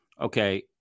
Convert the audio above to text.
okay